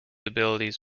abilities